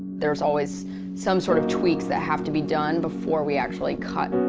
there's always some sort of tweaks that have to be done before we actually cut.